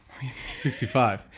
65